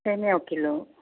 సేమ్యా ఒక కిలో